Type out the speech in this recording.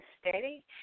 steady